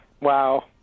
Wow